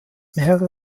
mehrere